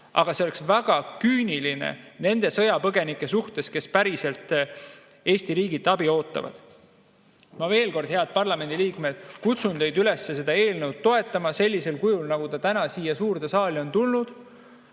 aga see oleks väga küüniline nende sõjapõgenike suhtes, kes päriselt Eesti riigilt abi ootavad. Ma veel kord, head parlamendiliikmed, kutsun teid üles seda eelnõu toetama sellisel kujul, nagu ta täna siia suurde saali on tulnud.